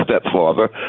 stepfather